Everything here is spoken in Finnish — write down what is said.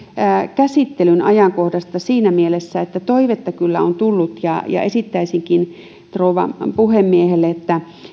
käsittelyn ajankohdasta siinä mielessä että toivetta kyllä on tullut ja esittäisinkin rouva puhemiehelle että